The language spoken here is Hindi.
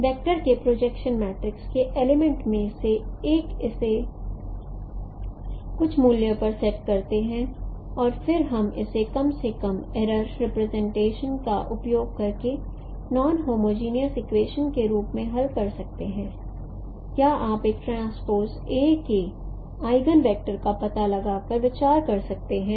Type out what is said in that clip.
वेक्टर के प्रोजेक्शन मैट्रिक्स के एलीमेंट में से एक इसे कुछ मूल्य पर सेट करते है और फिर हम इसे कम से कम एरर एस्टीमेशंन का उपयोग करके नान होमोजनियस इक्वेशंस के रूप में हल कर सकते हैं या आप एक ट्रांसपोज A के आईगन वेक्टर का पता लगाकर विचार कर सकते हैं